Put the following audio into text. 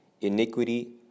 iniquity